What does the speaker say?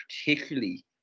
particularly